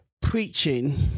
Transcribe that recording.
preaching